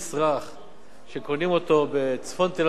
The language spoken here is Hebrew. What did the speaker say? שקונים אותו בצפון תל-אביב ובכפר-שמריהו,